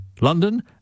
London